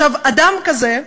אדם כזה,